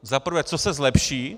Za prvé, co se zlepší.